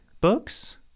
books